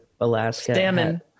alaska